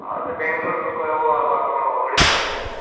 ଆଉ ସେ ବେଙ୍ଗଲୋର୍କୁ କହିବ ଆଉ ଆମର ଓଡ଼ିଶାରେ କହିବ